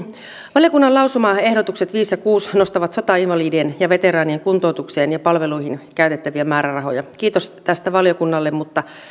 valiokunnan lausumaehdotukset viisi ja kuusi nostavat sotainvalidien ja veteraanien kuntoutukseen ja palveluihin käytettäviä määrärahoja kiitos tästä valiokunnalle mutta